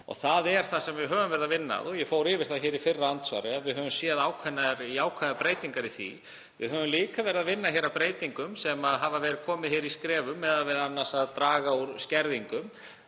Það er það sem við höfum verið að vinna að og ég fór yfir það í fyrra andsvari að við hefðum séð ákveðnar jákvæðar breytingar í því. Við höfum líka verið að vinna að breytingum sem hafa komið í skrefum við að draga úr skerðingum